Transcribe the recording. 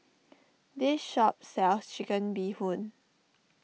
this shop sells Chicken Bee Hoon